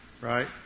right